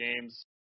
games